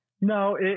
No